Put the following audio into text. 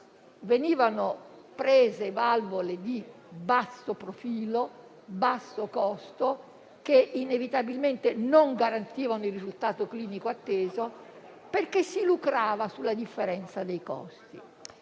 Venivano prese valvole di basso profilo e di basso costo, che inevitabilmente non garantivano il risultato clinico atteso, perché si lucrava sulla differenza dei costi.